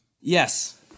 Yes